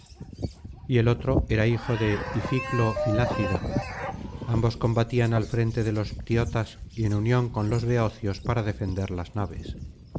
y el otro era hijo de ificlo filicida ambos combatían al frente de los ptiotas y en unión con los beocios para defender las naves